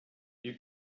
you